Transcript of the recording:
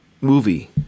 movie